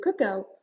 cookout